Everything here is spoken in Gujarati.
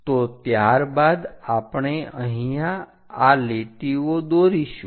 તો ત્યારબાદ આપણે અહીંયા આ લીટીઓ દોરીશું